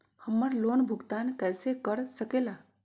हम्मर लोन भुगतान कैसे कर सके ला?